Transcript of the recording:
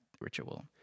ritual